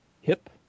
hip